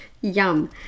Yum